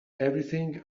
everything